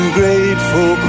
grateful